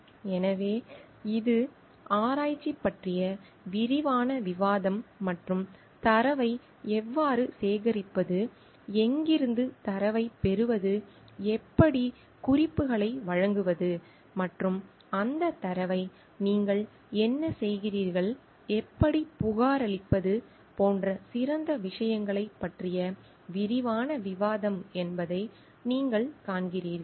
எனவே இது ஆராய்ச்சி பற்றிய விரிவான விவாதம் மற்றும் தரவை எவ்வாறு சேகரிப்பது எங்கிருந்து தரவைப் பெறுவது எப்படி குறிப்புகளை வழங்குவது மற்றும் அந்தத் தரவை நீங்கள் என்ன செய்கிறீர்கள் எப்படிப் புகாரளிப்பது போன்ற சிறந்த விஷயங்களைப் பற்றிய விரிவான விவாதம் என்பதை நீங்கள் காண்கிறீர்கள்